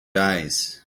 days